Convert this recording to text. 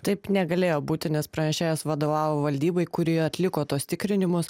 taip negalėjo būti nes pranešėjas vadovavo valdybai kuri atliko tuos tikrinimus